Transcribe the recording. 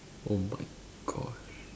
oh my gosh